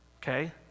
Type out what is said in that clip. okay